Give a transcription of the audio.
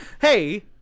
Hey